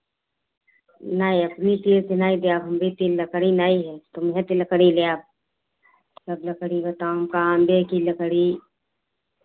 नाय अपने तीर से नाय देव हमरे तीर लकड़ी नाय है तुम्हेती लकड़ी लेव सब लकड़ी बताओ हमका आंबे की लकड़ी